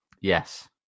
Yes